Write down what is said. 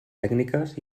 tècniques